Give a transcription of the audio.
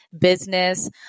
business